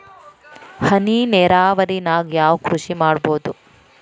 ಹನಿ ನೇರಾವರಿ ನಾಗ್ ಯಾವ್ ಕೃಷಿ ಮಾಡ್ಬೋದು?